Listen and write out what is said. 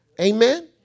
Amen